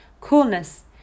coolness